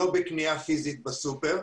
לא בקנייה פיזית בסופר.